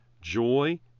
joy